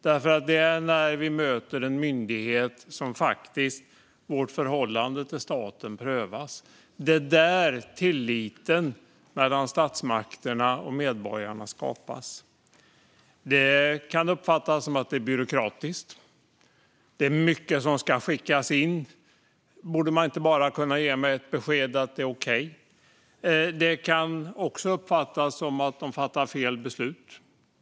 Det är när vi möter en myndighet som vårt förhållande till staten prövas. Det är där tilliten mellan statsmakterna och medborgarna skapas. Det kan uppfattas som att det är byråkratiskt. Det är mycket som ska skickas in - borde man inte bara kunna ge mig beskedet att det är okej? Det kan också uppfattas som att det fattas fel beslut.